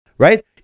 Right